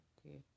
Okay